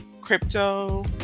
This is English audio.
crypto